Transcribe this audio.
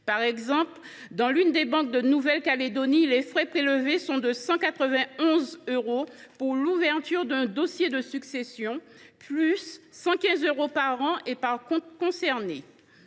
Par exemple, dans l’une des banques de Nouvelle Calédonie, les frais prélevés sont de 191 euros pour l’ouverture d’un dossier de succession, auxquels s’ajoutent 115 euros par an et par compte concerné.